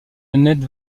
annette